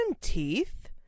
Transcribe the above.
teeth